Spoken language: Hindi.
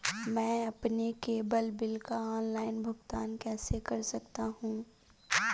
मैं अपने केबल बिल का ऑनलाइन भुगतान कैसे कर सकता हूं?